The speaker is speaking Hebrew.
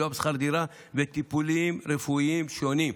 סיוע בשכר דירה וטיפולים רפואיים שונים.